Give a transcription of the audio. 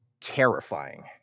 terrifying